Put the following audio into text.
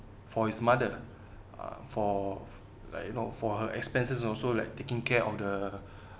for his mother uh for like you know for her expenses also like taking care of the